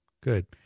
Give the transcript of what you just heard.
good